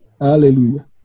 Hallelujah